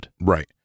Right